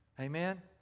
Amen